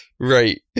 Right